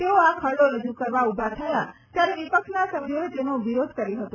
તેઓ આ ખરડો રજુ કરવા ઉભા થયા ત્યારે વિપક્ષના સભ્યોએ તેનો વિરોધ કર્યો હતો